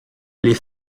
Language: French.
les